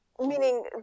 meaning